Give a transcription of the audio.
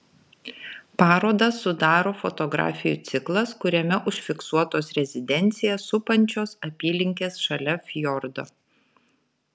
parodą sudaro fotografijų ciklas kuriame užfiksuotos rezidenciją supančios apylinkės šalia fjordo